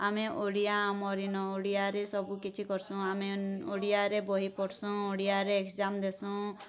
ଆମେ ଓଡ଼ିଆ ଆମର୍ ଇନ ଓଡ଼ିଆରେ ସବୁ କିଛି କର୍ସୁଁ ଆମେ ଓଡ଼ିଆରେ ବହି ପଢ଼୍ସୁଁ ଓଡ଼ିଆରେ ଏଗ୍ଜାମ୍ ଦେସୁଁ